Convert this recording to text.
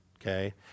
okay